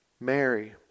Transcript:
Mary